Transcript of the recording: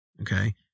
okay